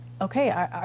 okay